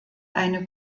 eine